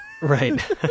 right